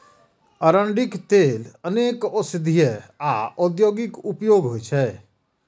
अरंडीक तेलक अनेक औषधीय आ औद्योगिक उपयोग होइ छै